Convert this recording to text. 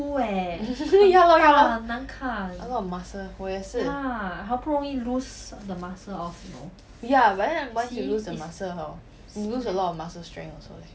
ya lor ya lor a lot of muscle 我也是 ya but then once you lose the muscle hor you lose a lot of muscle strength also eh